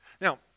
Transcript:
Now